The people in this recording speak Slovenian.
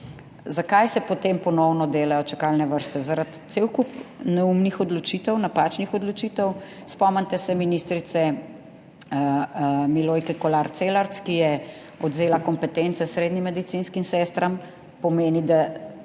Zakaj se potem ponovno delajo čakalne vrste? Zaradi cel kup neumnih odločitev, napačnih odločitev. Spomnite se ministrice Milojke Kolar Celarc, ki je odvzela kompetence srednjim medicinskim sestram, pomeni, da